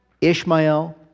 Ishmael